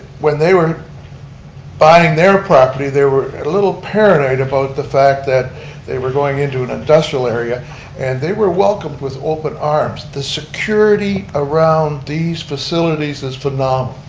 when they were buying their property they were a little paranoid about the fact that they were going in to an industrial area and they were welcomed with open arms. the security around these facilities is phenomenal.